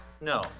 No